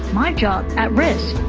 my job at risk?